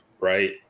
Right